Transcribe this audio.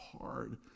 hard